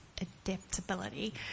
adaptability